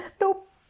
Nope